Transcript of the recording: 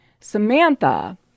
Samantha